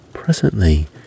Presently